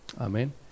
Amen